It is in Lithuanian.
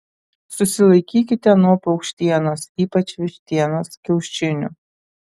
susilaikykite nuo paukštienos ypač vištienos kiaušinių